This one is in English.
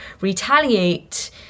retaliate